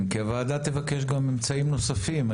כי הוועדה תבקש גם אמצעים נוספים.